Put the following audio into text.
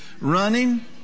running